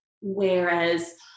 Whereas